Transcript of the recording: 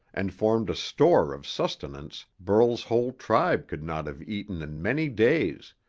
and formed a store of sustenance burl's whole tribe could not have eaten in many days,